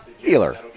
Dealer